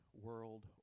world